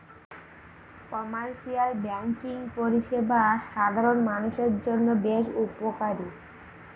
commercial banking পরিষেবা সাধারণ মানুষের জন্য বেশ উপকারী